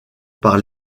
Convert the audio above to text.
par